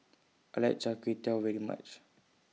I like Char Kway Teow very much